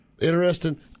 interesting